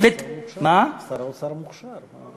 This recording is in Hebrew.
שר האוצר מוכשר.